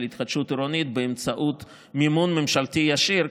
התחדשות עירונית באמצעות מימון ממשלתי ישיר.